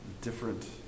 different